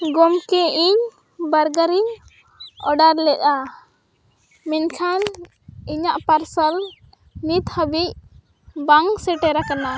ᱜᱚᱝᱠᱮ ᱤᱧ ᱵᱟᱨᱜᱟᱨᱤᱧ ᱚᱰᱟᱨ ᱞᱮᱜᱼᱟ ᱢᱮᱱᱠᱷᱟᱱ ᱤᱧᱟᱜ ᱯᱟᱨᱥᱟᱞ ᱱᱤᱛ ᱦᱟᱵᱤᱡ ᱵᱟᱝ ᱥᱮᱴᱮᱨᱟᱠᱟᱱᱟ